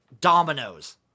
dominoes